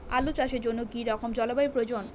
আলু চাষের জন্য কি রকম জলবায়ুর প্রয়োজন?